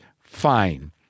fine